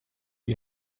you